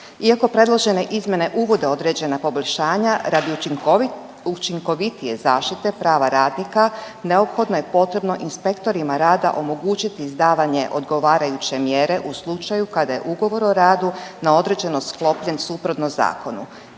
Iako predložene izmjene uvode određena poboljšanja radi učinkovitije zaštite prava radnika neophodno je potrebno inspektorima rada omogućiti izdavanje odgovarajuće mjere u slučaju kada je ugovor o radu na određeno sklopljen suprotno zakonu.